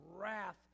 wrath